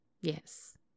Yes